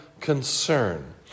concern